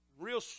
real